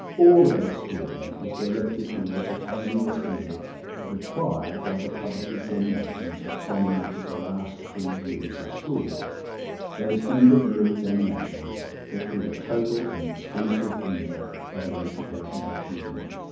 all of our schooling was directed towards attaining the standards required by the public examinations that dominated the last three years of school those end-of-year examinations that were the total and exclusive measure of our educational achievement.